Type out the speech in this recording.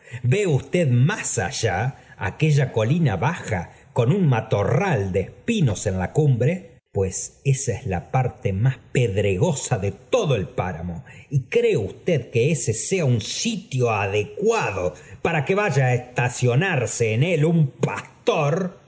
ve usted más allá aquella colina baja con un matorral de espinos en la cumbre pues esa ee la parte más pedregosa de todo el páramo y cree usted sea un sitio adecuado para que vaya á estacionarse en él un pastor su